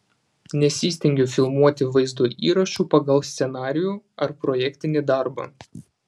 nesistengiu filmuoti vaizdo įrašų pagal scenarijų ar projektinį darbą